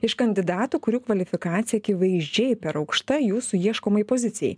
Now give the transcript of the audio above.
iš kandidatų kurių kvalifikacija akivaizdžiai per aukšta jūsų ieškomai pozicijai